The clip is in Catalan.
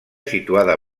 situada